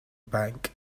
bank